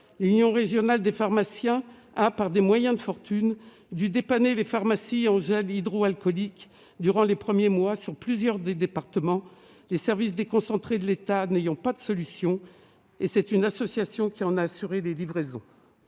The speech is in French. l'union régionale des pharmaciens a dû, par des moyens de fortune, dépanner les pharmacies en gel hydroalcoolique dans plusieurs des départements de la région, les services déconcentrés de l'État n'ayant pas de solutions ; et c'est une association qui a assuré les livraisons.